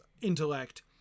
intellect